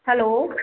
hello